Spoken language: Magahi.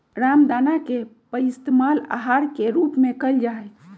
रामदाना के पइस्तेमाल आहार के रूप में कइल जाहई